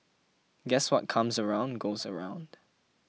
guess what comes around goes around